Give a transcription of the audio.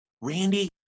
Randy